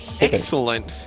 Excellent